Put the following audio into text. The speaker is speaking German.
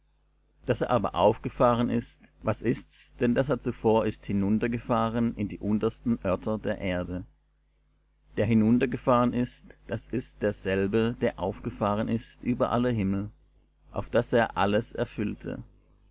daß er aber aufgefahren ist was ist's denn daß er zuvor ist hinuntergefahren in die untersten örter der erde der hinuntergefahren ist das ist derselbe der aufgefahren ist über alle himmel auf daß er alles erfüllte